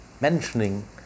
mentioning